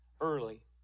early